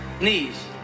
Knees